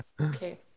Okay